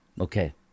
okay